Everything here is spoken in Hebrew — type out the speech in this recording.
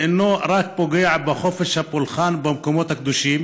הוא אינו פוגע רק בחופש הפולחן במקומות הקדושים